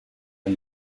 and